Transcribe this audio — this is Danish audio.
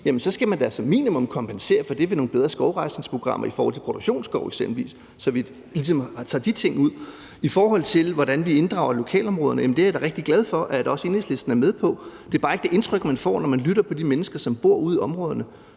så skal man da som minimum kompensere for det ved nogle bedre skovrejsningsprogrammer i forhold til produktionsskov eksempelvis, så vi ligesom tager de ting ud. I forhold til hvordan vi inddrager lokalområderne, er jeg da rigtig glad for, at også Enhedslisten er med på det. Det er bare ikke det indtryk, man får, når man lytter til de mennesker, som bor ude i områderne,